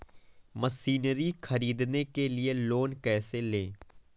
Machinery ख़रीदने के लिए लोन कैसे करें?